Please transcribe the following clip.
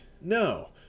No